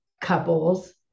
couples